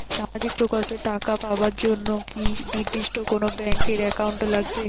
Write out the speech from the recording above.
সামাজিক প্রকল্পের টাকা পাবার জন্যে কি নির্দিষ্ট কোনো ব্যাংক এর একাউন্ট লাগে?